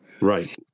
Right